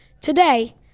Today